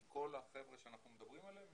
כי כל החבר'ה שאנחנו מדברים עליהם,